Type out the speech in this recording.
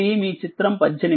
ఇది మీ చిత్రం18